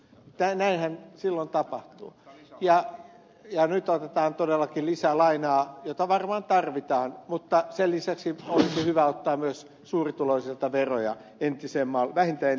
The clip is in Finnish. näinhän silloin tapahtuu ja nyt otetaan todellakin lisää lainaa jota varmaan tarvitaan mutta sen lisäksi olisi hyvä ottaa myös suurituloisilta veroja vähintään entiseen malliin